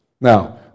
Now